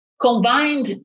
combined